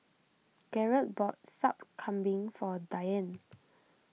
Garret bought Sup Kambing for Diann